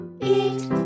Eat